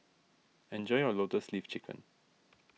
enjoy your Lotus Leaf Chicken